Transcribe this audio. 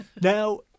Now